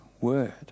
word